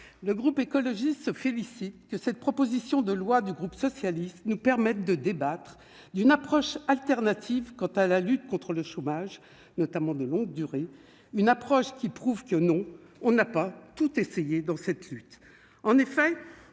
le groupe écologiste se félicite que cette proposition de loi du groupe socialiste, nous permettent de débattre d'une approche alternative quant à la lutte contre le chômage, notamment de longue durée, une approche qui prouve que non, on n'a pas tout essayé dans cette lutte, en effet,